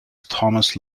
thomas